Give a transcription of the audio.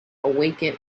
awaken